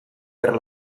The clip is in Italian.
per